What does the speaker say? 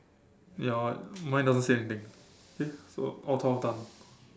ya mine doesn't say anything okay so all twelve done